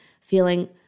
feeling